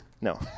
no